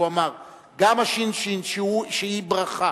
הוא אמר שגם הש"ש, שהיא ברכה,